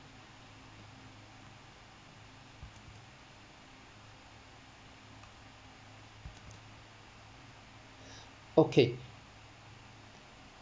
okay